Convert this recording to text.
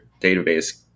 database